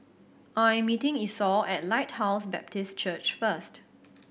I am meeting Esau at Lighthouse Baptist Church first